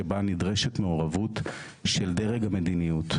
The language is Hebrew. ולכן אנחנו נמצאים בסיטואציה שבה נדרשת מעורבות של דרג המדיניות,